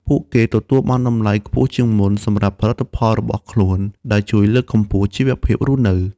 ពួកគេទទួលបានតម្លៃខ្ពស់ជាងមុនសម្រាប់ផលិតផលរបស់ខ្លួន ដែលជួយលើកកម្ពស់ជីវភាពរស់នៅ។